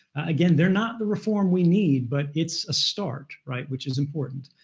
again, they're not the reform we need, but it's a start, right, which is important.